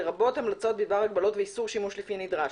לרבות המלצות בדבר הגבלות ואיסור שימוש לפי הנדרש.